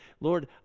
Lord